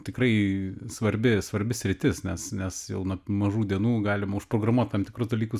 tikrai svarbi svarbi sritis nes nes jau nuo mažų dienų galima užprogramuoti tam tikrus dalykus